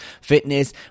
fitness